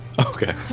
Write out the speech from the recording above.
Okay